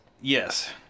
Yes